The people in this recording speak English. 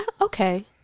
Okay